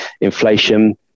inflation